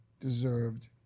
deserved